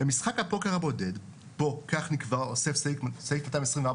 במשחק הפוקר הבודד בו כך נקבע בסעיף 224